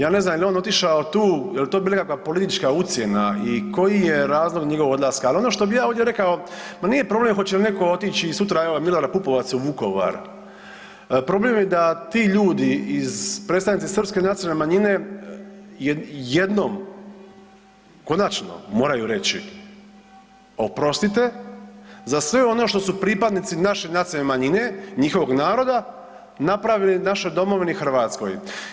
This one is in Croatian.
Ja ne znam jel on otišao tu, jel to bila nekakva politička ucjena i koji je razlog njegovog odlaska, ali ono što bih ja ovdje rekao, ma nije problem hoće li netko otići sutra evo Milorad Pupovac u Vukovar, problem je da ti ljudi predstavnici srpske nacionalne manjine jednom konačno moraju reći oprostite za sve ono što su pripadnici naše nacionalne manjine, njihovog naroda, napravile našoj domovini Hrvatskoj.